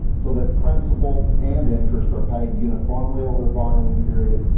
so that principal and interest are paid uniformly over the borrowing period,